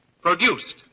produced